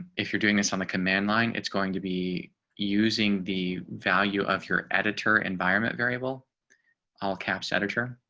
if you're doing this on the command line. it's going to be using the value of your editor environment variable all caps editor.